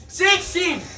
sixteen